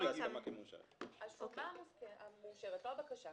השומה מאושרת, לא הבקשה